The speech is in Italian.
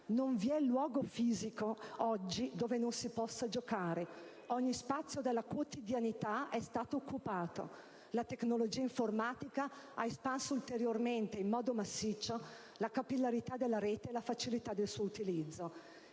Non vi è luogo fisico oggi dove non si possa giocare: ogni spazio della quotidianità è stato occupato; la tecnologia informatica ha espanso ulteriormente, in modo massiccio, la capillarità della rete e la facilità del suo utilizzo.